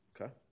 Okay